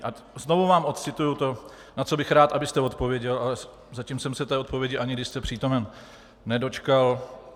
A znovu vám odcituji to, na co bych rád, abyste odpověděl, ale zatím jsem se té odpovědi, ani když jste přítomen, nedočkal.